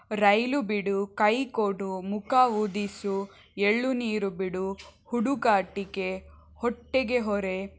ರೈಲು ಬಿಡು ಕೈ ಕೊಡು ಮುಖ ಊದಿಸು ಎಳ್ಳು ನೀರು ಬಿಡು ಹುಡುಗಾಟಿಕೆ ಹೊಟ್ಟೆಗೆ ಹೊರೆ